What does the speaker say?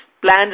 plans